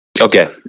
Okay